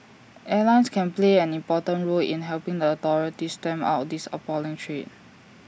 airlines can play an important role in helping the authorities stamp out this appalling trade